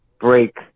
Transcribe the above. break